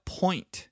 point